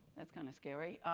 that's kind of scary,